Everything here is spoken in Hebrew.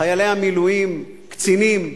חיילי המילואים, קצינים,